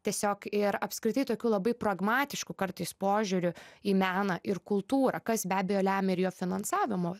tiesiog ir apskritai tokiu labai pragmatišku kartais požiūriu į meną ir kultūrą kas be abejo lemia ir jo finansavimo